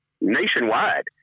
nationwide